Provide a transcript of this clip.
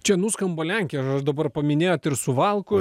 čia nuskamba lenkiją nors dabar paminėjot ir suvalkų